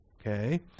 Okay